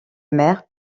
mer